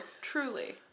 truly